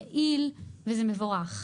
יעיל וזה מבורך.